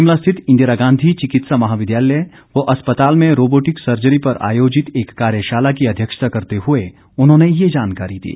शिमला स्थित इंदिरा गांधी चिकित्सा महाविद्यालय व अस्पताल में रोबोटिक सर्जरी पर आयोजित एक कार्यशाला की अध्यक्षता करते हुए उन्होंने ये जानकारी दी